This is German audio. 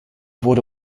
wurde